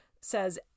Says